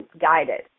guided